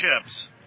Chips